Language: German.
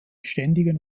ständigen